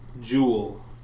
jewel